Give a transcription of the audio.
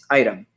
item